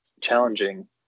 challenging